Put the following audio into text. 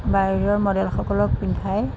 বাহিৰৰ মডেলসকলক পিন্ধাই